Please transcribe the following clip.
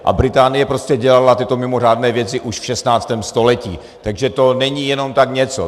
A Británie prostě dělala tyto mimořádné věci už v 16. století, takže to není jenom tak něco.